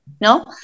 no